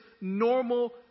normal